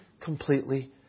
completely